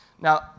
Now